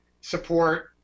support